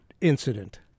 incident